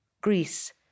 Greece